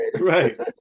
Right